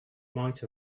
might